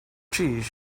jeez